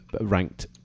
ranked